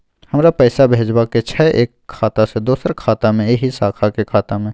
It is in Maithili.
हमरा पैसा भेजबाक छै एक खाता से दोसर खाता मे एहि शाखा के खाता मे?